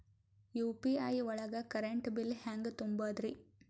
UPI ಒಳಗ current bill ಹೆಂಗ್ ತುಂಬದ್ರಿ?